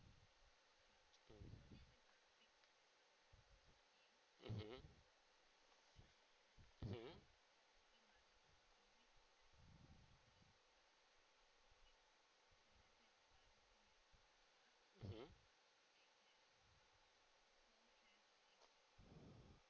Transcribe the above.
mmhmm mmhmm mmhmm